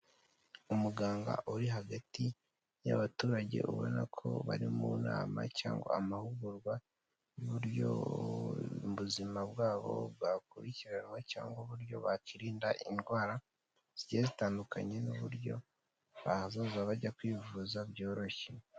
Umuganga uri hagati y'abaturage ubona ko bari mu nama cyangwa amahugurwa y'uburyo ubuzima bwabo bwakurikiranwa cyangwa uburyo bakirinda indwara zigiye zitandukanye n'uburyo bazaza bajya kwivuza byoroshye.